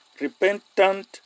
repentant